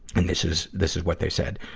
and this is this is what they said